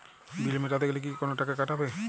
বিল মেটাতে গেলে কি কোনো টাকা কাটাবে?